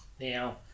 Now